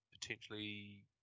potentially